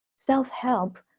self-help,